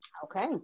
Okay